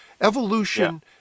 Evolution